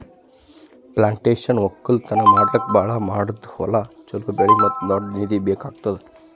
plantation ಒಕ್ಕಲ್ತನ ಮಾಡ್ಲುಕ್ ಭಾಳ ದೊಡ್ಡುದ್ ಹೊಲ, ಚೋಲೋ ಬೆಳೆ ಮತ್ತ ದೊಡ್ಡ ನಿಧಿ ಬೇಕ್ ಆತ್ತುದ್